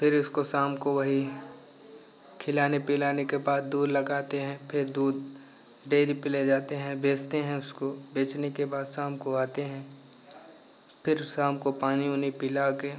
फिर उसको शाम को वही खिलाने पिलाने के बाद दूध लगाते हैं फिर दूध डेरी पे ले जाते हैं बेचते हैं उसको बेचने के बाद शाम को आते हैं फिर शाम को पानी ऊनी पिला के